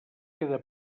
queda